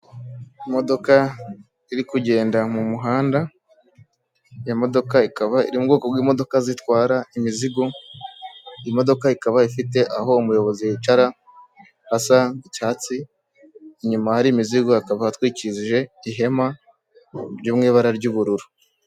Imodoka iri kugenda mu muhanda, iyo modoka ikaba iri mu bwoko bw'imodoka zitwara imizigo, Imodoka ikaba ifite aho umuyobozi yicara hasa icyatsi inyuma hari imizigo hakaba hatwikije ihema ryo mu ibara ry'ubururu.